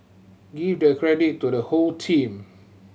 give the credit to the whole team